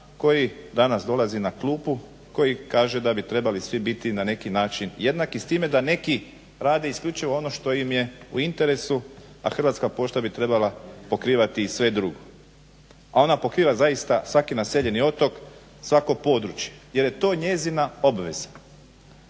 koji danas dolazi na klupu, koji kaže da bi trebali svi biti na neki način jednaki s time da neki rade isključivo ono što im je u interesu, a Hrvatska pošta bi trebala pokrivati i sve drugo, a ona pokriva zaista svaki naseljeni otok, svako područje jer je to njezina obveza.